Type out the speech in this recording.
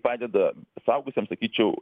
padeda suaugusiem sakyčiau